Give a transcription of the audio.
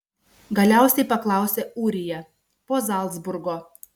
galiausiai paklausė ūrija po zalcburgo